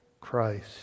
Christ